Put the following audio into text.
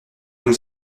nous